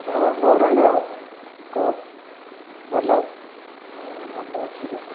ହଁ ଗୌରାଙ୍ଗ କହ ଭଲ ହଁ ଭଲ ଅଛିରେ